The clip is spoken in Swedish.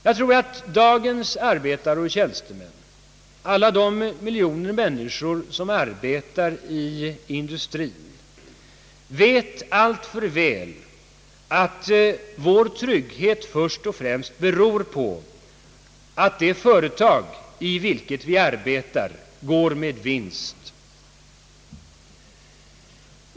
Jag tror att dagens arbetare och tjänstemän, alla de miljoner människor som arbetar i industrin, alltför väl vet att vår trygghet först och främst beror på att det företag i vilket de arbetar går med vinst.